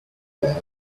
there